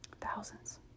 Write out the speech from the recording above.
Thousands